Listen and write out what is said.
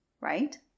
right